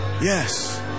Yes